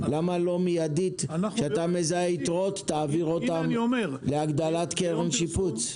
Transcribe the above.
למה לא מידית כשאתה מזהה יתרות תעביר אותן להגדלת קרן שיפוץ.